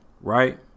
Right